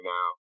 now